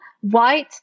white